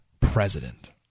president